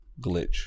glitch